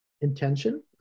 intention